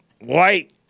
white